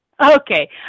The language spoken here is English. Okay